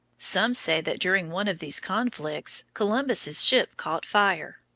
some say that during one of these conflicts columbus's ship caught fire.